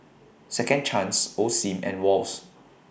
Second Chance Osim and Wall's